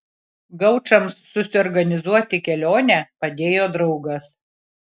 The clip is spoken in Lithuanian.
gaučams susiorganizuoti kelionę padėjo draugas